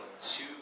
two